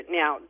now